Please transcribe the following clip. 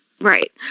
Right